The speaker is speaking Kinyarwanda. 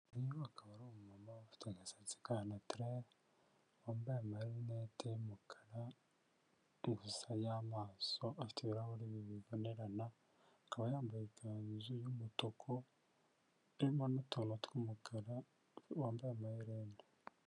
Uyu akaba ari umu mama ufite agasatsi ka natirere, wambaye ama rinete y'umukara gusa y'amaso, afite ibirahuri bibonenerana, akaba yambaye ikanzu y'umutuku irimo n'utuntu tw'umukara, wambaye amaherena.